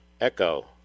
echo